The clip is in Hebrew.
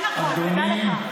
נכון.